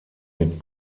mit